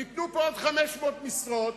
תיתנו פה עוד 500 משרות,